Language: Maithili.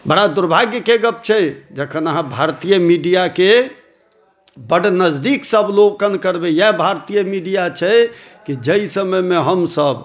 बड़ा दुर्भाग्यके गप छै जखन अहाँ भारतीय मीडिआके बड नजदीकसँ अवलोकन करबै इएह भारतीय मीडिआ छै कि जाहि समयमे हमसब